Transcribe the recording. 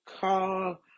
call